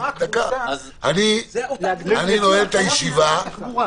אני נועל את הישיבה